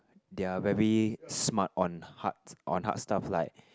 they're very smart on hard on hard stuff like